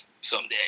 someday